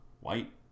white